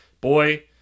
Boy